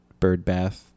birdbath